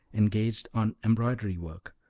engaged on embroidery work,